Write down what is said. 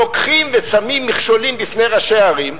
לוקחים ושמים מכשולים בפני ראשי הערים,